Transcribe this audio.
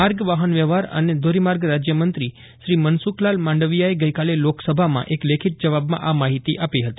માર્ગ વાહન વ્યવહાર અને ધોરીમાર્ગ રાજ્યમંત્રી મનસુખલાલ માંડવીયાએ ગઇકાલે લોકસભામાં એક લેખિત જવાબમાં આ માહિતી આપી હતી